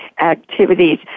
activities